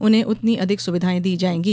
उन्हें उतनी अधिक सुविधायें दी जायेंगी